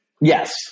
Yes